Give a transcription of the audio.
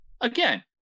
again